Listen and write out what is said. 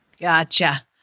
Gotcha